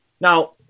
Now